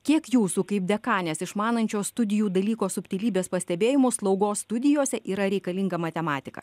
kiek jūsų kaip dekanės išmanančio studijų dalyko subtilybes pastebėjimų slaugos studijose yra reikalinga matematika